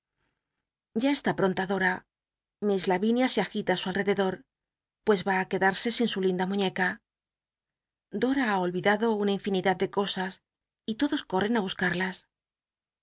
ya está pronta do mis lavinia se agita ü su alrededor pues r a á quedarse sin su linda muiícca dora ha olriclaclo una infinidad de cosas y todos coi'i'cn ú buscarlas